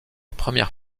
première